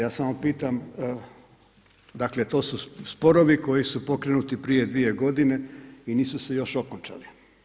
Ja samo pitam, dakle to su sporovi koji su pokrenuti prije dvije godine i nisu se još okončali.